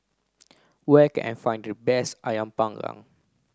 where can I find the best Ayam panggang